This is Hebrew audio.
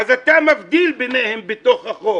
אז אתה מבדיל ביניהם בתוך החוק.